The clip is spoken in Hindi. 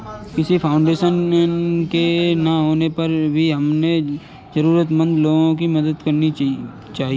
किसी फाउंडेशन के ना होने पर भी हमको जरूरतमंद लोगो की मदद करनी चाहिए